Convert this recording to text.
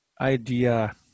idea